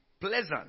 pleasant